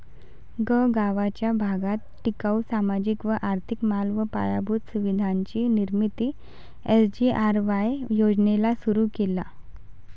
गगावाचा भागात टिकाऊ, सामाजिक व आर्थिक माल व पायाभूत सुविधांची निर्मिती एस.जी.आर.वाय योजनेला सुरु केला